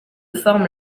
forme